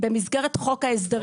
במסגרת חוק ההסדרים,